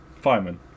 Fireman